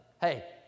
Hey